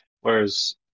whereas